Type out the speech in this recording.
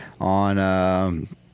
on